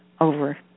over